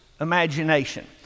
imagination